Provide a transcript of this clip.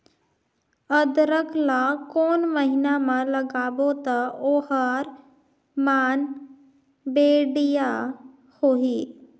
अदरक ला कोन महीना मा लगाबो ता ओहार मान बेडिया होही?